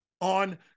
on